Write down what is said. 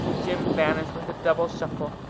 jim vanished with a double shuffle,